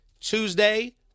Tuesday